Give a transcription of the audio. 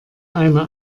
einer